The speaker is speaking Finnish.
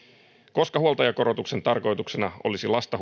koska huoltajakorotuksen tarkoituksena olisi lasta